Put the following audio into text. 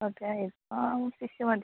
okay ഇപ്പോൾ fish മതി